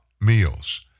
meals